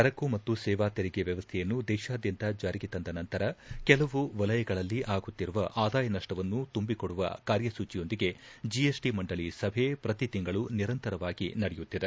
ಸರಕು ಮತ್ತು ಸೇವಾ ತೆರಿಗೆ ವ್ಯವಸ್ಥೆಯನ್ನು ದೇಶಾದ್ಯಂತ ಜಾರಿಗೆ ತಂದ ನಂತರ ಕೆಲವು ವಲಯಗಳಲ್ಲಿ ಆಗುತ್ತಿರುವ ಆದಾಯ ನಷ್ಪವನ್ನು ತುಂಬಿಕೊಡುವ ಕಾರ್ಯಸೂಚಿಯೊಂದಿಗೆ ಜಿಎಸ್ಟಿ ಮಂಡಳಿ ಸಭೆ ಪ್ರತಿ ತಿಂಗಳು ನಿರಂತರವಾಗಿ ನಡೆಯುತ್ತಿದೆ